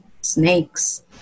snakes